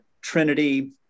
Trinity